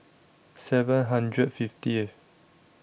seven hundred fiftieth